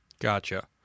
gotcha